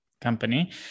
company